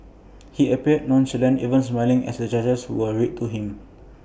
he appeared nonchalant even smiling as the charges were read to him